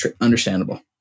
Understandable